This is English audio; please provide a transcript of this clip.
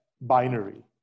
binary